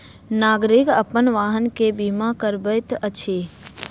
नागरिक अपन वाहन के बीमा करबैत अछि